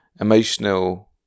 emotional